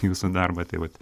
jūsų darbą tai vat